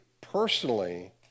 personally